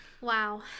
Wow